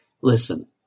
Listen